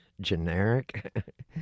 generic